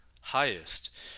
highest